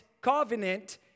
covenant